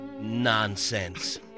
Nonsense